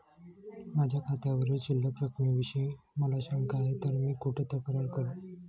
माझ्या खात्यावरील शिल्लक रकमेविषयी मला शंका आहे तर मी कुठे तक्रार करू?